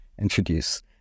Introduce